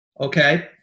Okay